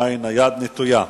עדיין היד נטויה.